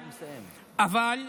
אבל,